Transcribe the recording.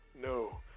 no